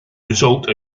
result